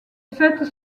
fêtes